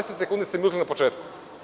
Ali 20 sekundi ste mi uzeli na početku.